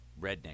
redneck